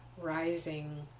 rising